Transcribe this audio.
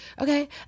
okay